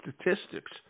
statistics